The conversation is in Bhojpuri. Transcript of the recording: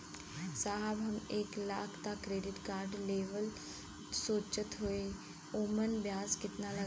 साहब हम एक लाख तक क क्रेडिट कार्ड लेवल सोचत हई ओमन ब्याज कितना लागि?